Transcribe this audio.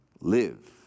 Live